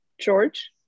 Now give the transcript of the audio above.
George